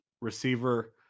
receiver